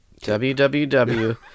www